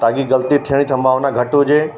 ताकि ग़लती थियण जी संभावना घटि हुजे